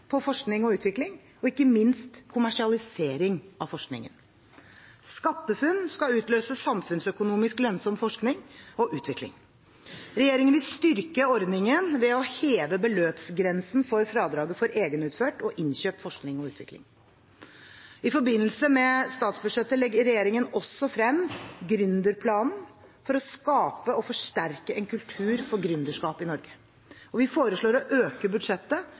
på forskning og utvikling og ikke minst kommersialisering av forskningen. SkatteFUNN skal utløse samfunnsøkonomisk lønnsom forskning og utvikling. Regjeringen vil styrke ordningen ved å heve beløpsgrensen for fradraget for egenutført og innkjøpt forskning og utvikling. I forbindelse med statsbudsjettet legger regjeringen også frem gründerplanen for å skape og forsterke en kultur for gründerskap i Norge, og vi foreslår å øke budsjettet